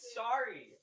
sorry